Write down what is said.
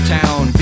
town